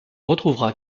retrouvera